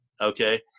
okay